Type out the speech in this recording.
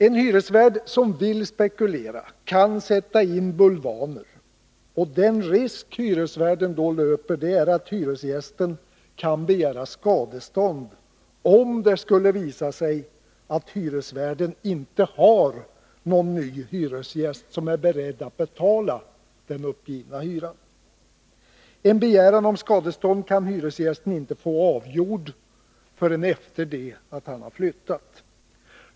En hyresvärd som vill spekulera kan sätta in bulvaner, och den risk hyresvärden då löper är att hyresgästen kan begära skadestånd om det skulle visa sig att hyresvärden inte har någon ny hyresgäst som är beredd att betala den uppgivna hyran. En begäran om skadestånd kan hyresgästen inte få avgjord förrän efter det att han flyttat.